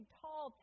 tall